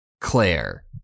Claire